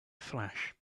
flash